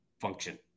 function